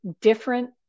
Different